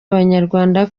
abanyarwanda